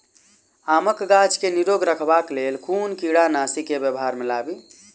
आमक गाछ केँ निरोग रखबाक लेल केँ कीड़ानासी केँ व्यवहार मे लाबी?